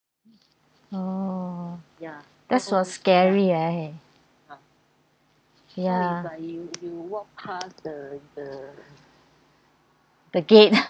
oh that's was scary leh ya the gate